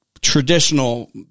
traditional